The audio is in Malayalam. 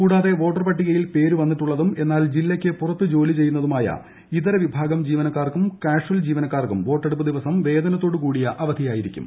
കൂടാതെ വോട്ടർ പട്ടികയിൽ പേരു വന്നിട്ടുള്ളതും എന്നാൽ ജില്ലയ്ക്ക് പുറത്ത് ജോലി ചെയ്യുന്ന ഇതര വിഭാഗം ജീവനക്കാർക്കും കാഷൽ ജീവനക്കാർക്കും വോട്ടെടുപ്പ് ദിവസം വേതനത്തോടു കൂടിയ അവധിയായിരിക്കും